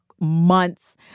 months